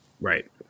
Right